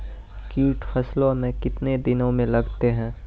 कीट फसलों मे कितने दिनों मे लगते हैं?